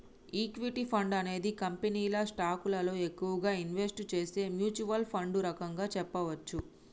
equity fund అనేది కంపెనీల స్టాకులలో ఎక్కువగా ఇన్వెస్ట్ చేసే మ్యూచ్వల్ ఫండ్ రకంగా చెప్పచ్చు